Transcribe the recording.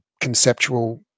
conceptual